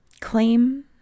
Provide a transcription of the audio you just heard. Claim